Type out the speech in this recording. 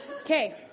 Okay